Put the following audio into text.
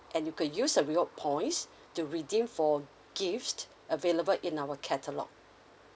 and you could use a reward points to redeem for gift available in our catalogue